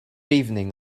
evening